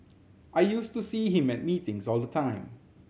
I used to see him at meetings all the time